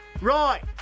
Right